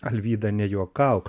alvyda nejuokauk